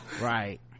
right